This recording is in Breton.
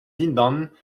dindan